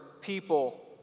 people